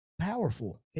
powerful